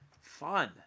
fun